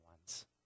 ones